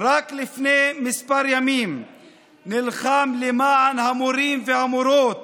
רק לפני כמה ימים נלחם למען המורים והמורות